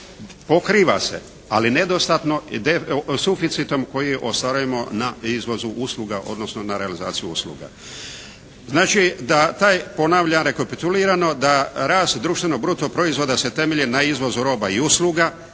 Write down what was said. pokriva se ali nedostatno suficitom koji ostvarujemo na suficitu izvozu usluga odnosno na realizaciju usluga. Znači da taj ponavljam rekapitulirano da rast društveno bruto proizvoda se temelji na izvozu roba i usluga,